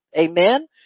Amen